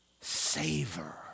savor